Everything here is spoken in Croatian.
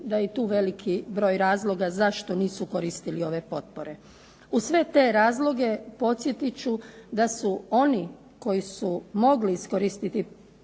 da je i tu veliki broj razloga zašto nisu koristili ove potpore. Uz sve te razloge podsjetit ću da su oni koji su mogli iskoristiti ove potpore